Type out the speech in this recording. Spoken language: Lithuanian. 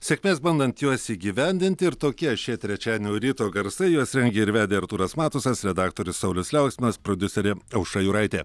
sėkmės bandant juos įgyvendinti ir tokie šie trečiadienio ryto garsai juos rengė ir vedė artūras matusas redaktorius saulius liauksminas prodiuserė aušra juraitė